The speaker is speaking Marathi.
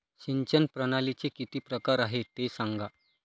सिंचन प्रणालीचे किती प्रकार आहे ते सांगा